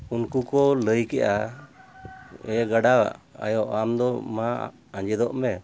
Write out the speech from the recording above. ᱩᱱᱠᱩ ᱠᱚ ᱞᱟᱹᱭ ᱠᱮᱜᱼᱟ ᱮ ᱜᱟᱰᱟ ᱟᱭᱳ ᱟᱢᱫᱚ ᱢᱟ ᱟᱸᱡᱮᱫᱚᱜ ᱢᱮ